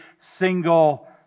single